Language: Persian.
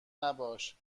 نباش